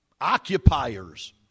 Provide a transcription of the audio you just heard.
Occupiers